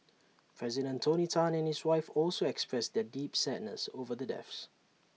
president tony Tan and his wife also expressed their deep sadness over the deaths